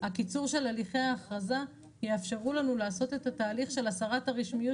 קיצור הליכי האכרזה יאפשר לנו לעשות את התהליך של הסרת הרשמיות